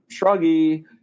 shruggy